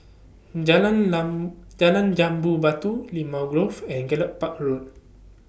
Jalan Lan Jambu Batu Limau Grove and Gallop Park Road